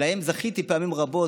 שלהן זכיתי פעמים רבות.